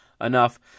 enough